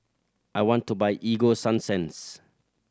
I want to buy Ego Sunsense